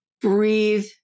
breathe